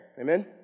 amen